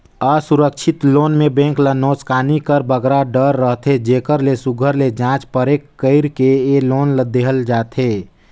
असुरक्छित लोन में बेंक ल नोसकानी कर बगरा डर रहथे जेकर ले सुग्घर ले जाँच परेख कइर के ए लोन देहल जाथे